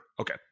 Okay